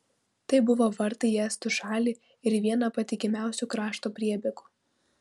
tai buvo vartai į estų šalį ir viena patikimiausių krašto priebėgų